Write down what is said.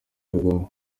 kagame